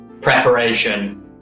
preparation